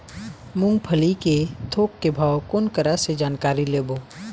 मूंगफली के थोक के भाव कोन करा से जानकारी लेबो?